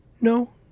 No